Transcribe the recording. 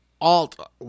Alt